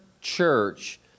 church